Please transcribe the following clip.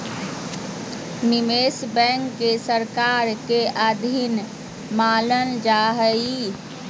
निवेश बैंक के सरकार के अधीन मानल जा हइ